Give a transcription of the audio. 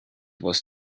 was